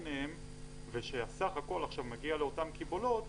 ביניהם והסך הכול עכשיו מגיע לאותן קיבולות,